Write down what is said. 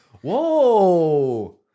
Whoa